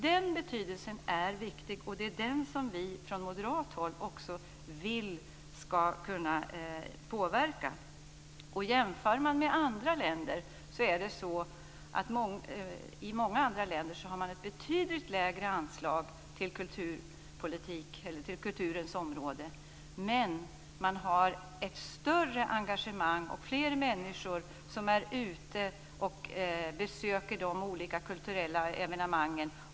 Den betydelsen är viktig, och det är den som vi från moderat håll också vill ska kunna påverka. Om man jämför med andra länder kan man se att många andra länder har ett betydligt lägre anslag till kulturens område, men man har ett större engagemang och fler människor som är ute och besöker de olika kulturella evenemangen.